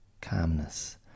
calmness